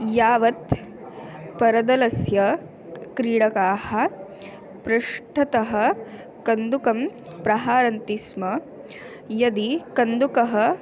यावत् परदलस्य क्रीडकाः पृष्ठतः कन्दुकं प्रहरन्ति स्म यदि कन्दुकः